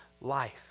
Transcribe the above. life